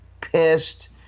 pissed